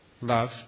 love